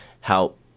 help